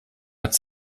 hat